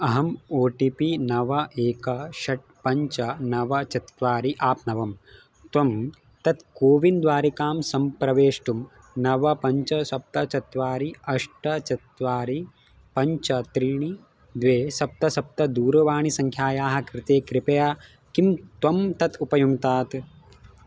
अहम् O T P नव एकं षट् पञ्च नव चत्वारि आप्नवम् त्वं तत् कोविन् द्वारिकां सम्प्रवेष्टुं नव पञ्च सप्त चत्वारि अष्ट चत्वारि पञ्च त्रीणि द्वे सप्त सप्त दूरवाणीसङ्ख्यायाः कृते कृपया किं त्वं तत् उपयुङ्क्तात्